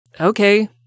Okay